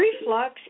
Reflux